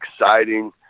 exciting